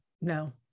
no